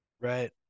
right